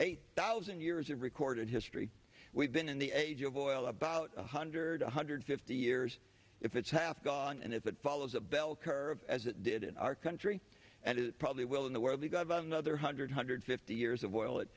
eight thousand years of recorded history we've been in the age of oil about one hundred one hundred fifty years if it's half gone and if it follows a bell curve as it did in our country and it probably will in the world league of another hundred hundred fifty years of oil it